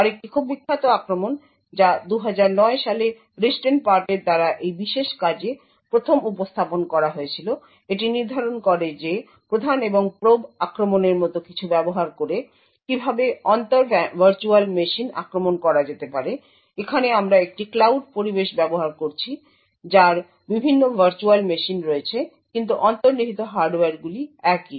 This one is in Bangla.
আরেকটি খুব বিখ্যাত আক্রমণ যা 2009 সালে রিস্টেনপার্টের দ্বারা এই বিশেষ কাজে প্রথম উপস্থাপন করা হয়েছিল এটি নির্ধারণ করে যে প্রধান এবং প্রোব আক্রমণের মতো কিছু ব্যবহার করে কীভাবে অন্তর ভার্চুয়াল মেশিন আক্রমণ করা যেতে পারে এখানে আমরা একটি ক্লাউড পরিবেশ ব্যবহার করছি যার বিভিন্ন ভার্চুয়াল মেশিন রয়েছে কিন্তু অন্তর্নিহিত হার্ডওয়্যারগুলি একই